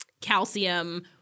calcium